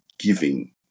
Giving